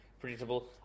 predictable